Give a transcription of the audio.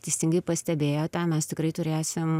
teisingai pastebėjote mes tikrai turėsim